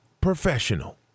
Professional